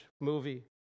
movie